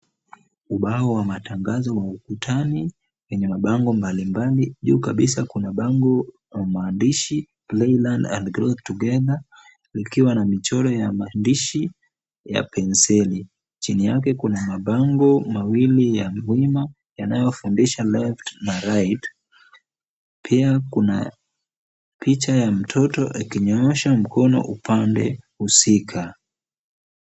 Ubao wa matangazo wa ukutani kwenye mabango mbalimbali. Juu kabisa kuna bango au maandishi play, learn, and grow together likiwa na michoro ya maandishi ya penseli. Chini yake kuna mabango mawili ya wima yanayofundisha left na right . Pia kuna picha ya mtoto akinyoosha mkono upande husika.